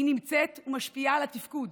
היא נמצאת ומשפיעה על התפקוד,